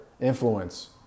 influence